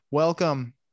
Welcome